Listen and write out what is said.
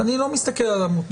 אני לא מסתכל על עמותות,